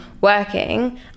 working